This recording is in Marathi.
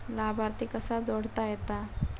लाभार्थी कसा जोडता येता?